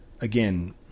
again